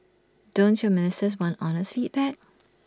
don't your ministers want honest feedback